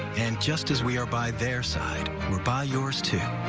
and just as we are by their side, we're by yours, too.